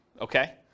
Okay